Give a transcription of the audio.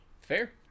fair